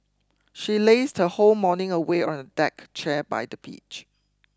she lazed her whole morning away on a deck chair by the beach